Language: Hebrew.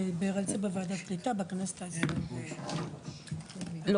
גם דוד ביטן דיבר על זה בוועדת קליטה בכנסת ה- 20- -- לא,